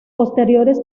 posteriores